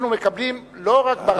אנחנו מקבלים לא רק ברמה האישית,